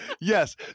Yes